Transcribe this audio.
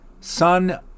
son